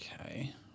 Okay